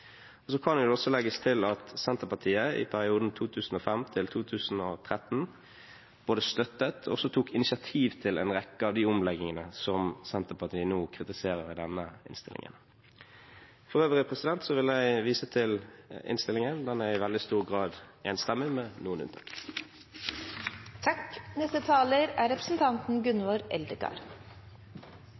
Så kan det også legges til at Senterpartiet i perioden 2005–2013 både støttet og tok initiativ til en rekke av de omleggingene som Senterpartiet nå kritiserer i denne innstillingen. For øvrig vil jeg vise til innstillingen. Den er i veldig stor grad enstemmig, med noen unntak. Det er